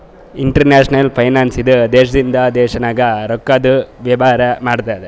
international finance ಇದು ದೇಶದಿಂದ ದೇಶ ನಾಗ್ ರೊಕ್ಕಾದು ವೇವಾರ ಮಾಡ್ತುದ್